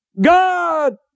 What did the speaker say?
God